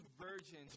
virgins